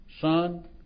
Son